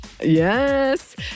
Yes